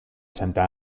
santa